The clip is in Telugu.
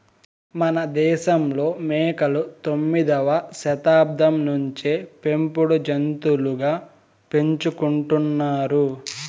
మనదేశంలో మేకలు తొమ్మిదవ శతాబ్దం నుంచే పెంపుడు జంతులుగా పెంచుకుంటున్నారు